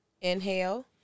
inhale